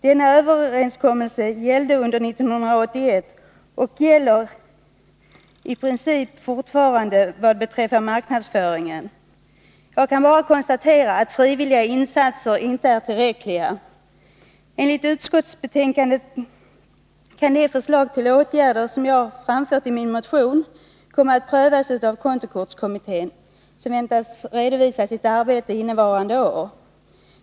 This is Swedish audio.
Denna gällde under 1981 och gäller i princip fortfarande vad beträffar marknadsföringen. Jag kan bara konstatera att frivilliga insatser inte är tillräckliga. Enligt utskottsbetänkandet kan de förslag till åtgärder som jag framfört i min motion komma att prövas av kontokortskommittén, som väntas redovisa sitt arbete innevarande år.